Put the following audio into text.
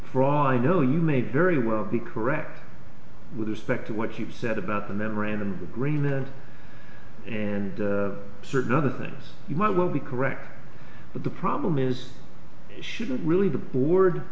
fraud i know you may very well be correct with respect to what you've said about the memorandum of agreement and certain other things you might well be correct but the problem is shouldn't really the board